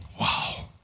wow